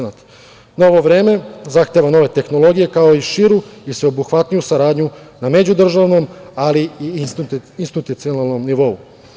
Novo vreme zahteva nove tehnologije, kao i širu i sveobuhvatniju saradnju na međudržavnom, ali i na institucionalnom nivou.